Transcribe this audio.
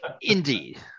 indeed